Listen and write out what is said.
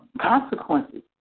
Consequences